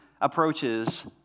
approaches